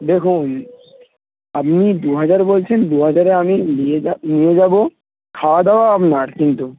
দেখুন আপনি দু হাজার বলছেন দু হাজারে আমি নিয়ে যা নিয়ে যাবো খাওয়া দাওয়া আপনার কিন্তু